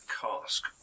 cask